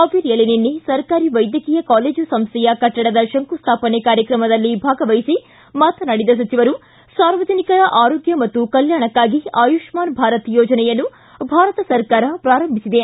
ಹಾವೇರಿಯಲ್ಲಿ ನಿನ್ನೆ ಸರ್ಕಾರಿ ವೈದ್ಯಕೀಯ ಕಾಲೇಜು ಸಂಸ್ಥೆಯ ಕಟ್ಟಡದ ಶಂಕುಸ್ಥಾಪನೆ ಕಾರ್ಯಕ್ರಮದಲ್ಲಿ ಭಾಗವಹಿಸಿ ಮಾತನಾಡಿದ ಸಚಿವರು ಸಾರ್ವಜನಿಕರ ಆರೋಗ್ಯ ಮತ್ತು ಕಲ್ಯಾಣಕ್ಕಾಗಿ ಆಯುಷ್ ಮಾನ್ ಭಾರತ ಯೋಜನೆಯನ್ನು ಭಾರತ ಸರ್ಕಾರ ಪ್ರಾರಂಭಿಸಿದೆ